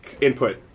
input